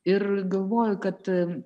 ir galvoju kad